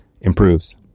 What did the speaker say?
improves